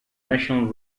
national